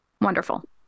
Wonderful